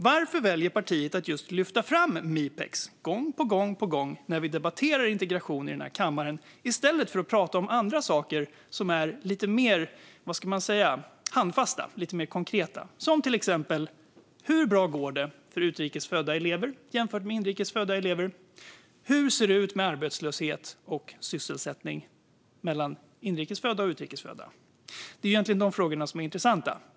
Varför väljer partiet att gång på gång lyfta fram Mipex när vi debatterar integration i denna kammare, i stället för att prata om andra saker som är lite mer handfasta och konkreta? Några exempel: Hur bra går det för utrikes födda elever jämfört med inrikes födda? Hur ser det ut med arbetslöshet och sysselsättning bland inrikes respektive utrikes födda? Det är egentligen de frågorna som är intressanta.